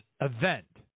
event